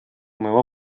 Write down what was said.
моего